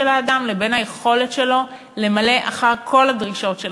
האדם לבין היכולת שלו למלא את כל דרישות המשרה.